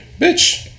Bitch